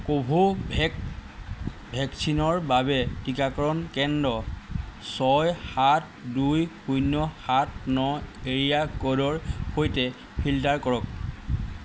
Covovax ভেকচিনৰ বাবে টীকাকৰণ কেন্দ্ৰ ছয় সাত দুই শূন্য সাত ন এৰিয়া ক'ডৰ সৈতে ফিল্টাৰ কৰক